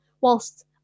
whilst